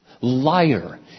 liar